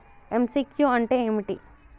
MCQ అంటే ఏమిటి?